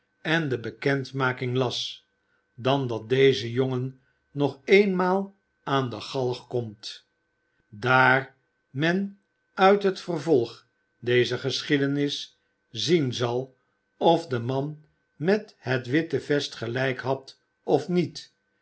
en de bekendmaking las dan dat deze jongen nog eenmaal aan de galg komt daar men uit het vervolg dezer geschiedenis zien zal of de man met het witte vest gelijk had of niet